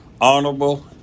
honorable